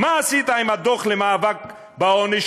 מה עשית עם הדוח למאבק בעוני,